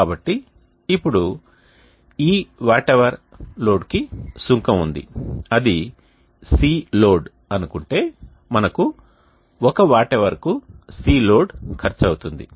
కాబట్టి ఇప్పుడు ఈ వాట్ అవర్ లోడ్కి సుంకం ఉంది అది CLoad అనుకుంటే మనకు ఒక వాట్ అవర్ కు CLoad ఖర్చు అవుతుంది